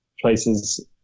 places